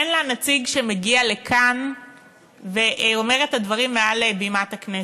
אין לה נציג שמגיע לכאן ואומר את הדברים מעל בימת הכנסת,